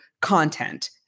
content